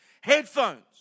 headphones